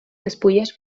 despulles